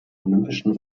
olympischen